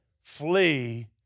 flee